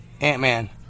Ant-Man